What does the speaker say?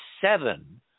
seven